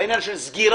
בעניין של סגירת